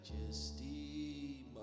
majesty